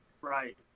Right